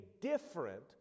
different